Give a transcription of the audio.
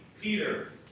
Peter